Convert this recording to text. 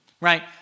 right